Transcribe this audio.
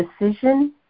decision